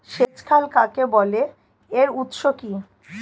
সেচ খাল কাকে বলে এর উৎস কি?